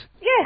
Yes